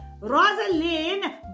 Rosaline